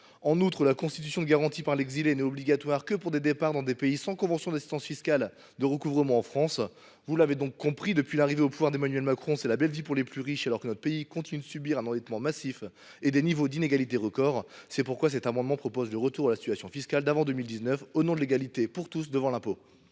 En outre, la constitution de garanties par l’exilé n’est obligatoire que pour des départs dans des pays sans convention d’assistance fiscale de recouvrement en France. Bref, vous l’aurez compris, depuis l’arrivée au pouvoir d’Emmanuel Macron, c’est la belle vie pour les plus riches, alors que notre pays continue de subir un endettement massif et des niveaux d’inégalités records. C’est pourquoi cet amendement vise à revenir à la situation fiscale d’avant 2019, au nom de l’égalité pour tous devant l’impôt.